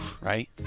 right